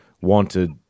wanted